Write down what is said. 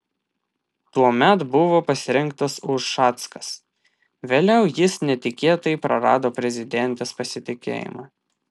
tuomet buvo pasirinktas ušackas vėliau jis netikėtai prarado prezidentės pasitikėjimą